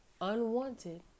unwanted